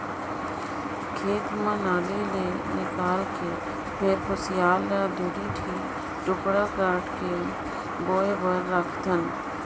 खेत म नाली ले निकायल के फिर खुसियार ल दूढ़ी दूढ़ी टुकड़ा कायट कायट के बोए बर राखथन